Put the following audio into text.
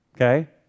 Okay